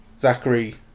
...Zachary